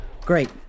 Great